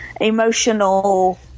emotional